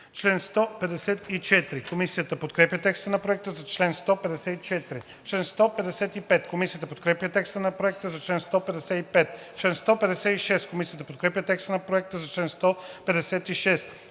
чл. 154. Комисията подкрепя текста на Проекта за чл. 155. Комисията подкрепя текста на Проекта за чл. 156. Комисията подкрепя текста на Проекта за чл. 157.